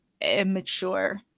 immature